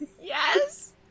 Yes